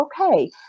okay